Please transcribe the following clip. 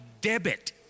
debit